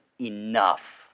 Enough